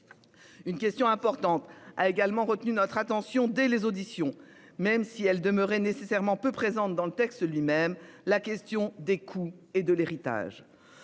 Une question importante a également retenu notre attention dès les auditions. Même si elle demeurait nécessairement peu présente dans le texte lui-même la question des coûts et de l'héritage.